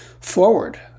Forward